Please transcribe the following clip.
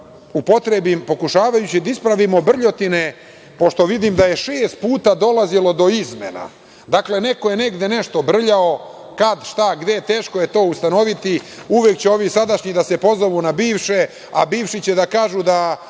upotrebim, pokušavajući da ispravimo brljotine, pošto vidim da je šest puta dolazilo do izmena, dakle, neko je negde nešto brljao, kad, šta, gde, teško je to ustanoviti, uvek će ovi sadašnji da se pozovu na bivše, a bivši će da kažu da